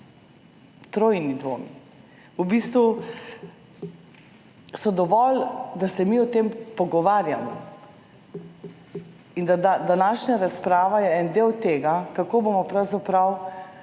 trojni dvomi v bistvu so dovolj, da se mi o tem pogovarjamo in da današnja razprava je en del tega, kako bomo pravzaprav